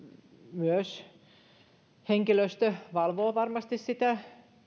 myös henkilöstö valvoo varmasti sitä